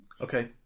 Okay